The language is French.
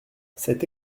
cette